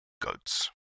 goats